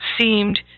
seemed